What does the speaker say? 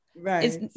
Right